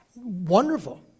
wonderful